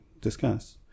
discuss